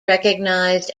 recognized